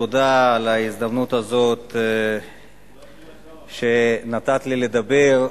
תודה על ההזדמנות הזאת שנתת לי לדבר,